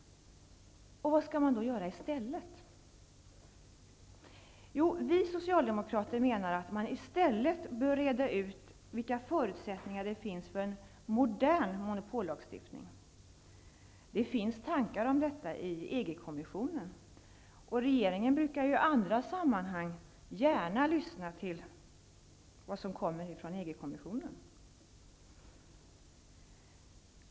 Vad skall man då göra i stället? Vi socialdemokrater menar att man bör utreda vilka förutsättningar det finns för en modern monopollagstiftning. Det finns tankar om detta i EG-kommissionen. Regeringen brukar i andra sammanhang gärna lyssna till vad som kommer från EG-kommissionen.